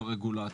ברגולציה.